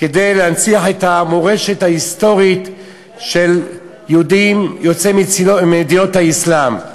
להנציח את המורשת ההיסטורית של היהודים יוצאי מדינות האסלאם.